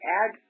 add